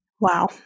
Wow